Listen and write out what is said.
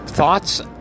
Thoughts